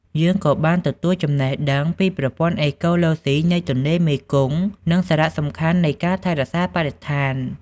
យើងក៏បានទទួលចំណេះដឹងពីប្រព័ន្ធអេកូឡូស៊ីនៃទន្លេមេគង្គ និងសារៈសំខាន់នៃការថែរក្សាបរិស្ថាន។